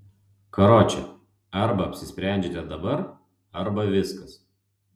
karoče arba apsisprendžiate dabar arba viskas